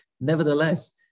nevertheless